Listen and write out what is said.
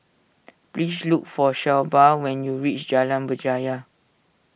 please look for Shelba when you reach Jalan Berjaya